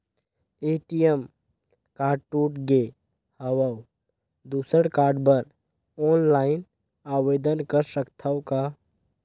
ATM card टूट गे हववं दुसर कारड बर ऑनलाइन आवेदन कर सकथव का?